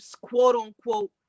quote-unquote